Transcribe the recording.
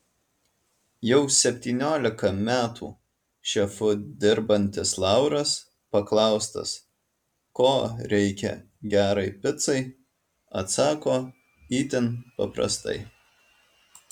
jau septyniolika metų šefu dirbantis lauras paklaustas ko reikia gerai picai atsako itin paprastai